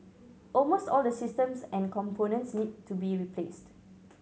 almost all the systems and components need to be replaced